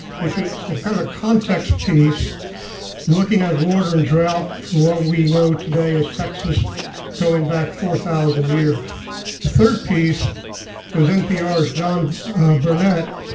which was kind of a context piece looking at water and drought for what we know today as texas going back four thousand years. the third piece was npr's john burnett